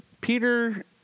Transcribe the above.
Peter